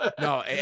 No